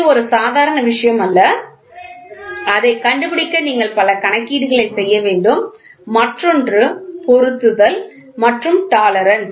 இது ஒரு சாதாரண விஷயம் அல்ல அதைக் கண்டுபிடிக்க நீங்கள் பல கணக்கீடுகளைச் செய்ய வேண்டும் மற்றொன்று பொருத்துதல் மற்றும் டாலரன்ஸ்